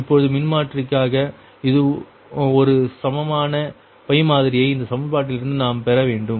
இப்பொழுது மின்மாற்றிக்காக ஒரு சமானமான மாதிரியை இந்த சமன்பாட்டிலிருந்து நாம் பெற வேண்டும்